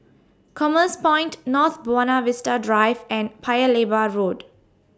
Commerce Point North Buona Vista Drive and Paya Lebar Road